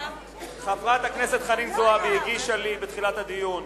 חברת הכנסת חנין זועבי הגישה לי בתחילת הדיון,